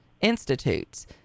institutes